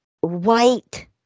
white